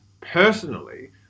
personally